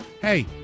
hey